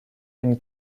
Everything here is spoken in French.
une